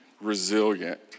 resilient